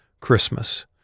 Christmas